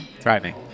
Thriving